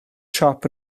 siop